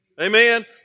Amen